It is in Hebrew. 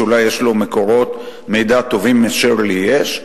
שאולי יש לו מקורות מידע טובים מאשר לי יש,